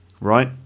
right